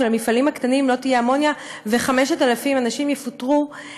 של המפעלים הקטנים: לא תהיה אמוניה ו-5,000 אנשים יפוטרו,